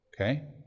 Okay